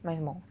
买什么